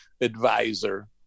advisor